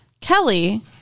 Kelly